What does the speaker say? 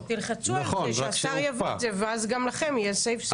תלחצו כדי שהשר יביא את זה ואז גם לכם יהיה safe city.